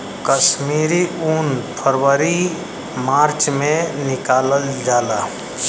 कश्मीरी उन फरवरी मार्च में निकालल जाला